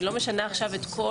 זהו